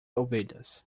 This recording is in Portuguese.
ovelhas